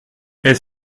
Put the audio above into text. est